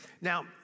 Now